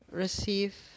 receive